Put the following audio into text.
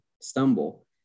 stumble